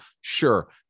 Sure